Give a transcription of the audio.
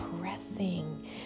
pressing